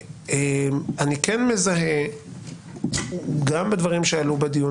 אני כן מזהה גם בדברים שעלו בדיון